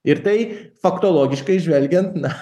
ir tai faktologiškai žvelgiant na